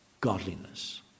Godliness